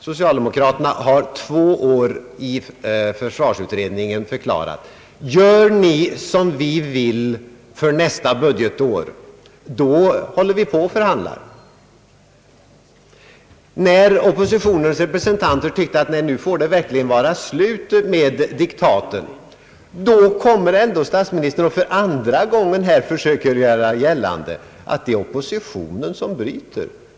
Socialdemokraterna har under två år i försvarsutredningen deklarerat: »Gör ni som vi vill för nästa budgetår, så förhandlar vi!» När oppositionens representanter tyckte att det fick vara slut med diktaten, försökte statsministern för andra gången göra gällande att det är oppositionen som bryter.